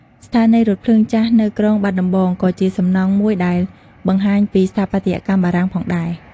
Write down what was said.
ស្ថានីយរថភ្លើងចាស់នៅក្រុងបាត់ដំបងក៏ជាសំណង់មួយដែលបង្ហាញពីស្ថាបត្យកម្មបារាំងផងដែរ។